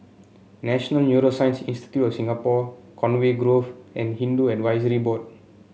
National Neuroscience Institute of Singapore Conway Grove and Hindu Advisory Board